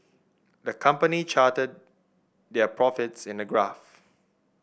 the company charted their profits in a graph